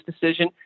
decision